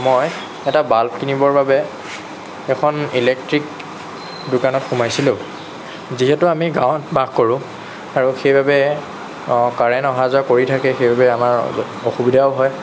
মই এটা বাল্ব কিনিবৰ বাবে এখন ইলেকট্ৰিক দোকানত সোমাইছিলোঁ যিহেতু আমি গাঁৱত বাস কৰোঁ আৰু সেইবাবে কাৰেন্ট অহা যোৱা কৰি থাকে সেইবাবে আমাৰ অসুবিধাও হয়